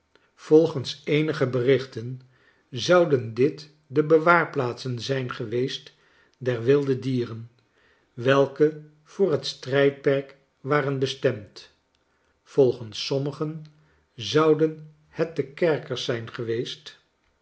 volgens eenige berichten zouden dit de bewaarplaatsen zijn geweest der wilde dieren welke voor het strijdperk waren bestemd volgens sommigen zouden het de kerkers zijn geweest